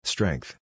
Strength